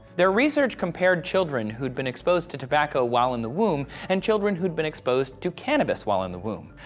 their research compared children who'd been exposed to tobacco while in the womb, and children who'd been exposed to cannabis while in the womb.